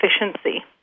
efficiency